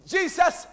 Jesus